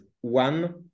one